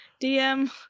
DM